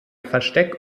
versteck